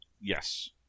Yes